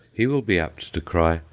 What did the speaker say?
he will be apt to cry,